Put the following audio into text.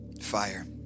fire